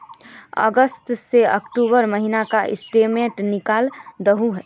अगस्त से अक्टूबर महीना का स्टेटमेंट निकाल दहु ते?